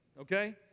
okay